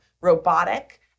robotic